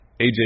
AJ